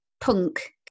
punk